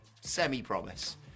semi-promise